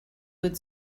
would